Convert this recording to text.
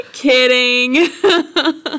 kidding